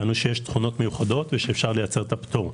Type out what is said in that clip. טענו שיש תכונות מיוחדות, ושאפשר לייצר את הפטור.